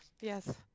yes